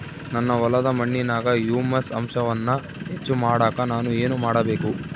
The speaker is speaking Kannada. ನನ್ನ ಹೊಲದ ಮಣ್ಣಿನಾಗ ಹ್ಯೂಮಸ್ ಅಂಶವನ್ನ ಹೆಚ್ಚು ಮಾಡಾಕ ನಾನು ಏನು ಮಾಡಬೇಕು?